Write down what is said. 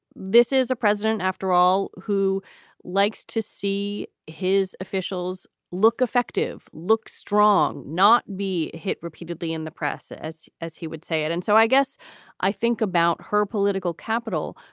this is a president, after all, who likes to see his officials look effective, look strong, not be hit repeatedly in the process, as he would say it and so i guess i think about her political capital.